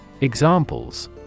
Examples